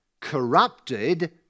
corrupted